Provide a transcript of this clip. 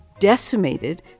decimated